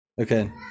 Okay